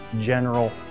general